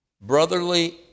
Brotherly